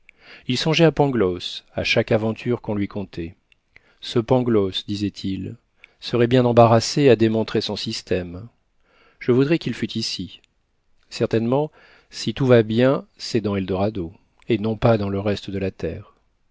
il songeait à pangloss à chaque aventure qu'on lui contait ce pangloss disait-il serait bien embarrassé à démontrer son système je voudrais qu'il fût ici certainement si tout va bien c'est dans eldorado et non pas dans le reste de la terre